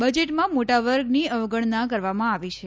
બજેટમાં મોટા વર્ગની અવગણના કરવામાં આવી છે